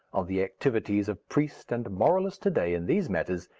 of the activities of priest and moralist to-day in these matters,